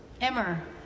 Emmer